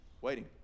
waiting